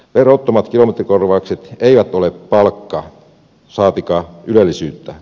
verottomat kilometrikorvaukset eivät ole palkka saatikka ylellisyyttä